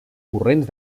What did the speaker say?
corrents